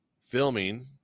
filming